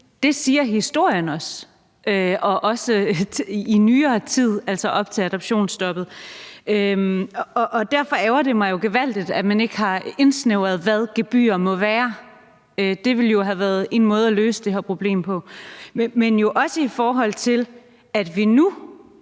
Det siger historien os og også i nyere tid, altså op til adoptionsstoppet. Derfor ærgrer det mig jo gevaldigt, at man ikke har indsnævret, hvad gebyrer må være – det ville jo have været en måde at løse det her problem på – men også, at vi nu